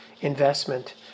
investment